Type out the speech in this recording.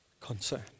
concern